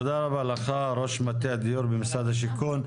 תודה רבה לך ראש מטה הדיור במשרד השיכון.